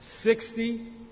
sixty